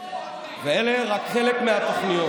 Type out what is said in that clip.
לא יהודית, אלה רק חלק מהתוכניות.